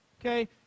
okay